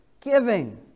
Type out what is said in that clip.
Giving